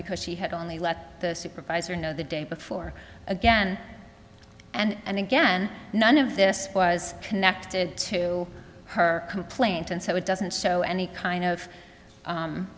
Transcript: because she had only let the supervisor know the day before again and again none of this was connected to her complaint and so it doesn't show any kind of